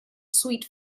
sweet